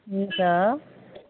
हुन्छ